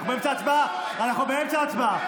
אנחנו באמצע הצבעה.